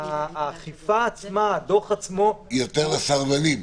האכיפה עצמה, הדוח עצמו --- היא יותר לסרבנים.